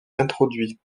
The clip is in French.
introduits